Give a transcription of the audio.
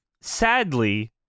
sadly